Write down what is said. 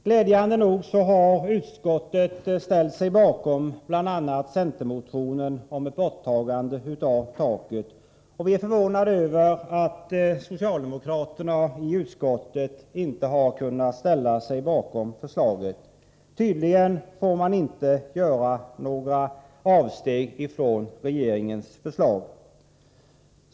Glädjande nog har utskottet ställt sig bakom bl.a. centermotionen om ett borttagande av taket, och vi är förvånade över att socialdemokraterna i utskottet inte har kunnat ställa sig bakom förslaget. Tydligen får man inte göra några avsteg från regeringens förslag.